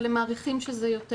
אבל הם מעריכים שזה יותר,